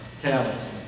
talents